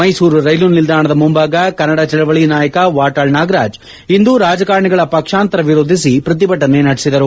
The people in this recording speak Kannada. ಮ್ನೆಸೂರು ರೈಲು ನಿಲ್ಲಾಣದ ಮುಂಭಾಗ ಕನ್ನಡ ಚಳವಳಿ ನಾಯಕ ವಾಟಾಳ್ ನಾಗರಾಜ್ ಇಂದು ರಾಜಕಾರಣಿಗಳ ಪಕ್ಸಾಂತರ ವಿರೋಧಿಸಿ ಪ್ರತಿಭಟನೆ ನಡೆಸಿದರು